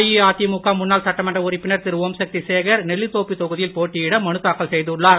அதிமுக முன்னாள் சட்டமன்ற உறுப்பினர் திரு ஓம் சக்தி சேகர் நெல்லித்தோப்பு தொகுதியில் போட்டியிட மனுதாக்கல் செய்துள்ளார்